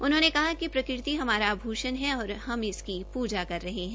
उन्होंने कहा कि प्रकृति हमारा आभूषण है और हम इसकी पूजा कर रहे है